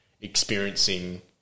experiencing